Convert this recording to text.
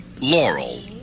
Laurel